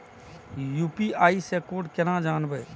UPI से code केना जानवै?